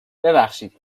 ببخشید